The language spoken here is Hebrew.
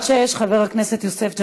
616, של חבר הכנסת יוסף ג'בארין,